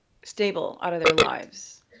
stable out of their lives.